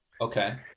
Okay